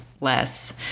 less